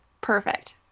Perfect